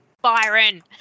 byron